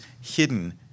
hidden